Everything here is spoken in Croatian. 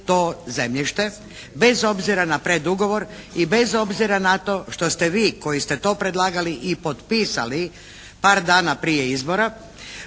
državi to zemljište, bez obzira na predugovor i bez obzira na to što ste vi koji ste to predlagali i potpisali par dana prije izbora